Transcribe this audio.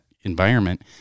environment